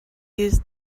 used